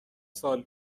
سال